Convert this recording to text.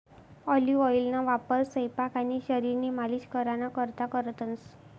olive ऑइलना वापर सयपाक आणि शरीरनी मालिश कराना करता करतंस